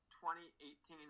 2018